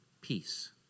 peace